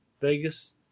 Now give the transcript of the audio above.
Vegas